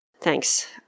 Thanks